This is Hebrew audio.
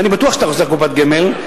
ואני בטוח שאתה חוסך בקופת גמל,